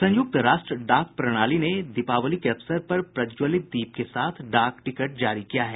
संयुक्त राष्ट्र डाक प्रणाली ने दीपावली के अवसर पर प्रज्ज्वलित दीप के साथ डाक टिकट जारी किया है